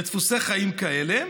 לדפוסי חיים כאלה,